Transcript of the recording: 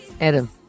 Adam